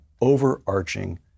overarching